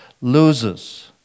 loses